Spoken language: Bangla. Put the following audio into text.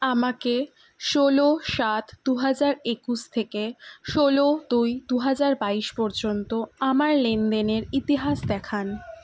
আমাকে ষোলো সাত দু হাজার একুশ থেকে ষোলো দুই দু হাজার বাইশ পর্যন্ত আমার লেনদেনের ইতিহাস দেখান